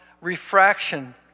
refraction